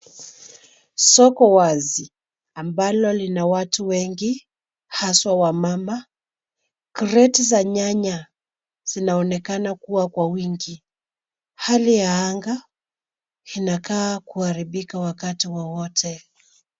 Soko wazi ambalo lina watu wengi haswa wamama. Crate za nyanya zinaonekana kuwa kwa wingi. Hali ya anga inakaa kuharibika wakati wowote.